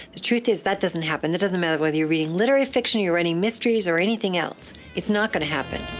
the truth is that doesn't happen. it doesn't matter whether you're reading literary fiction or you're writing mysteries or anything else, it's not gonna happen.